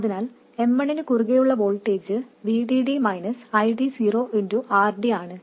അതിനാൽ M1 നു കുറുകെയുള്ള വോൾട്ടേജ് VDD ID0RDആണ്